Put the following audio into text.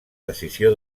decisió